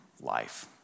life